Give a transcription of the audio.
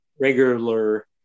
regular –